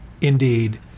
indeed